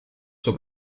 sua